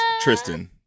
Tristan